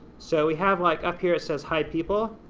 so we have like up here it says hi people,